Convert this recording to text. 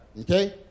Okay